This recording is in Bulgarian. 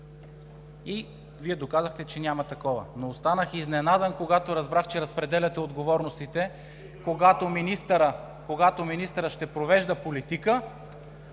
и Вие доказахте, че няма такова. Но останах изненадан, когато разбрах, че разпределяте отговорностите – когато министърът ще провежда политика,